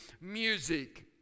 music